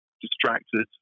distracted